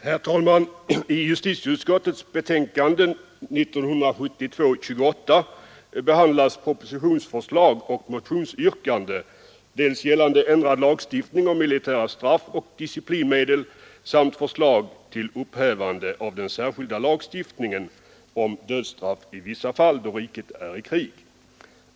Herr talman! I justitieutskottets betänkande nr 28 behandlas propositionsförslag och motionsyrkanden gällande dels ändrad lagstiftning om militära straff och disciplinmedel, dels förslag till upphävande av den raff i vissa fall då riket är i krig.